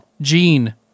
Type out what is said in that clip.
gene